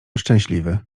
szczęśliwy